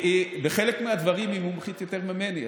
בחלק מהדברים היא מומחית יותר ממני,